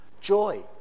joy